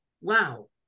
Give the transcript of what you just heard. wow